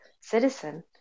citizen